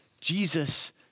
Jesus